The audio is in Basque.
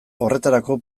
horretarako